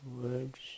words